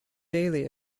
daily